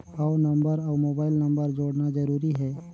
हव नंबर अउ mobile number जोड़ना जरूरी हे?